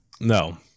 No